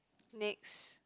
next